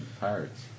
Pirates